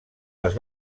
les